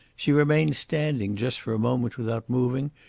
she remained standing just for a moment without moving,